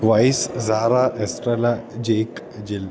vice zara estrella jake jill